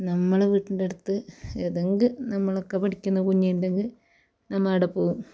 നമ്മൾ വീട്ടിൻ്റെ അടുത്ത് ഏതെങ്കിലും നമ്മളെക്കെ പഠിക്കുന്ന കുഞ്ഞി ഉണ്ടെങ്കിൽ നമ്മൾ ആടെ പോവും